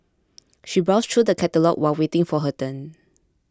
she browsed through the catalogues while waiting for her turn